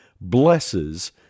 blesses